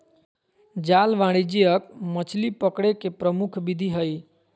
जाल वाणिज्यिक मछली पकड़े के प्रमुख विधि हइ